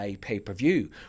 pay-per-view